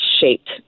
shaped